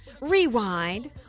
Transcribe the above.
rewind